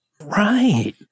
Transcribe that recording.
Right